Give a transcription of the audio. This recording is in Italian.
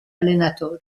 allenatore